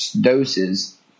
doses